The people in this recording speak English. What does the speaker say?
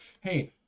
hey